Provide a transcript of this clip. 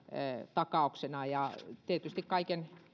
takauksina tietysti kaiken